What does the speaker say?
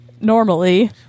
normally